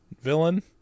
villain